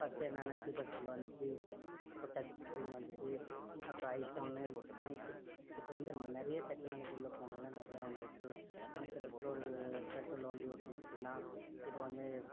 first என்னன்னா keypad cell வந்துச்சு அப்புறம் டச் ஸ்கிரீன் வந்துச்சு அப்புறம் ஐ ஃபோனு இன்னும் இப்போ வந்து நிறைய டெக்னாலஜி உள்ள ஃபோனுலாம் நிறைய வந்திருக்கு மனுஷன் பெட்ரோல் பெட்ரோலில் வண்டி ஓட்டிகிட்டு இருந்தான் இப்போ வந்து